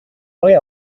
paraît